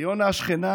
ליונה השכנה